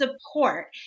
support